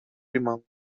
limão